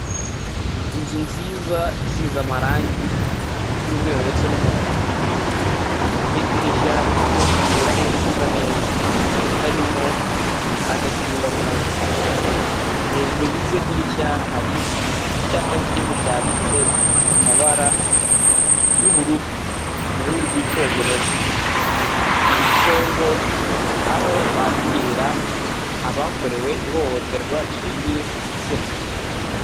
Inzu nziza isize amarangi y'umweru ndetse n'umuhondo. Iriho idirishya ririmo ibirahuri bisa neza bitarimo agakingarumuri. Hejuru y'iryo dirishya hari icyapa kinini cyanditse mu mabara y'ubururu mu rurimi rw'Icyongereza. Handitseho ngo aho bakirira abakorewe ihohoterwa rishingiye ku gitsina.